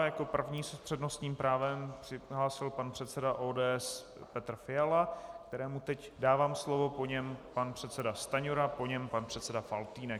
Jako první se s přednostním právem přihlásil pan předseda ODS Petr Fiala, kterému teď dávám slovo, po něm pan předseda Stanjura, po něm pan předseda Faltýnek.